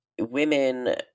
women